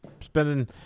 spending